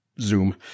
zoom